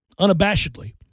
unabashedly